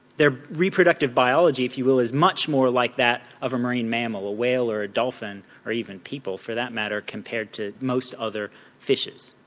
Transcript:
their reproductive biology if you will, is much like that of a marine mammal, a whale or a dolphin or even people for that matter compared to most other fishes.